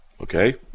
Okay